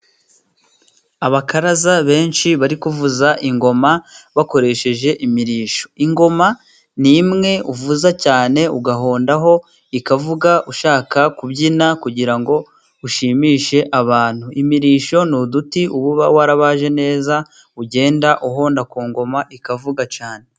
Abakaraza benshi bari kuvuza ingoma, bakoresheje imirishyo. Ingoma ni imwe uvuza cyane ugahondaho ikavuga ushaka kubyina, kugira ngo ushimishe abantu. Imirishyo ni uduti uba warabaje neza ugenda uhonda ku ngoma ikavuga cyane.